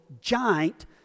giant